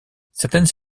certaines